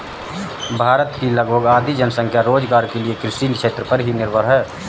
भारत की लगभग आधी जनसंख्या रोज़गार के लिये कृषि क्षेत्र पर ही निर्भर है